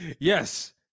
yes